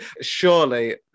surely